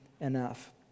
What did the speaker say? enough